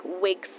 wigs